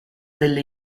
delle